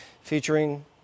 featuring